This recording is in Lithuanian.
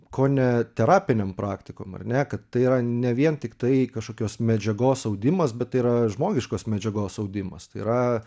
kone terapinėm praktikom ar ne kad tai yra ne vien tiktai kažkokios medžiagos audimas bet tai yra žmogiškos medžiagos audimas tai yra